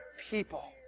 people